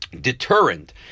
deterrent